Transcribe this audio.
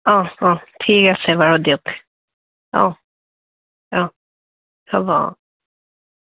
অঁহ অঁহ ঠিক আছে বাৰু দিয়ক অঁহ অঁহ হ'ব অঁ